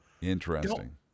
Interesting